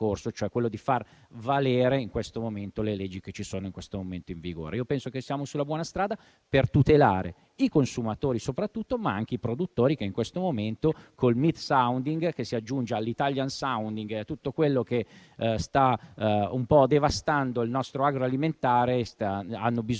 Penso che siamo sulla buona strada per tutelare i consumatori, soprattutto, ma anche i produttori che, in questo momento, con il *meat sounding* che si aggiunge all'*italian sounding* e a tutto quello che sta un po' devastando il nostro agroalimentare, hanno bisogno di essere